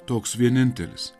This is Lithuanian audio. toks vienintelis